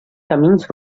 camins